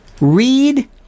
read